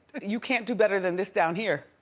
you can't do better than this down here.